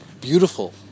Beautiful